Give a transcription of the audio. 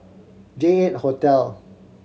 J Eight Hotel